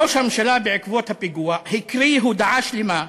ראש הממשלה, בעקבות הפיגוע, הקריא הודעה שלמה,